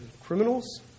criminals